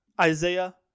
Isaiah